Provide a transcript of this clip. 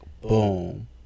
boom